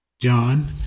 John